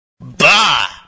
Bah